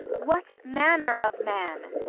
what manner of man?